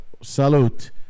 salute